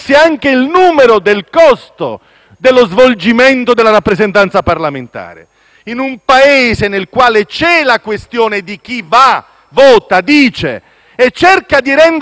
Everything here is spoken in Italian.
in un Paese c'è la questione di chi va, vota, dice e cerca di rendere presenti gli assenti attraverso il voto. Il parlamentare ha una missione: